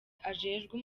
ajejwe